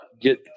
get